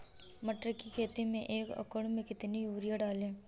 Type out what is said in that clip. मटर की खेती में एक एकड़ में कितनी यूरिया डालें?